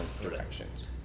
directions